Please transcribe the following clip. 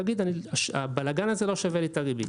ויגיד שהבלגאן הזה לא שווה לו את הריבית.